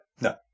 No